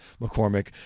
McCormick